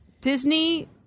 disney